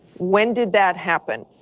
when did that happen?